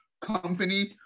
company